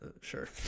sure